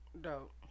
Dope